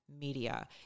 media